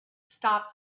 stop